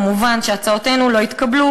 כמובן שהצעותינו לא התקבלו,